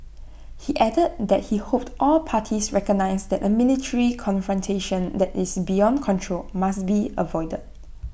he added that he hoped all parties recognise that A military confrontation that is beyond control must be avoided